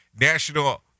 National